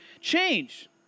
Change